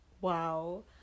Wow